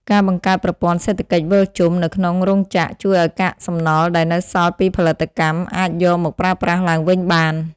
ការបង្កើតប្រព័ន្ធសេដ្ឋកិច្ចវិលជុំ នៅក្នុងរោងចក្រ ជួយឱ្យកាកសំណល់ដែលនៅសល់ពីផលិតកម្ម អាចយកមកប្រើប្រាស់ឡើងវិញបាន។